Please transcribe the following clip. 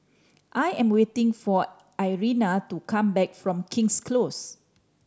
I am waiting for Irena to come back from King's Close